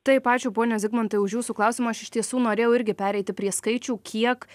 taip ačiū pone zigmantai už jūsų klausimą aš iš tiesų norėjau irgi pereiti prie skaičių kiek